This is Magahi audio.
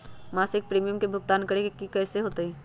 मासिक प्रीमियम के भुगतान करे के हई कैसे होतई?